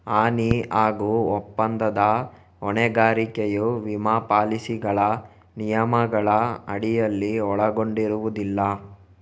ಹಾನಿ ಹಾಗೂ ಒಪ್ಪಂದದ ಹೊಣೆಗಾರಿಕೆಯು ವಿಮಾ ಪಾಲಿಸಿಗಳ ನಿಯಮಗಳ ಅಡಿಯಲ್ಲಿ ಒಳಗೊಂಡಿರುವುದಿಲ್ಲ